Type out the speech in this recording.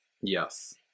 Yes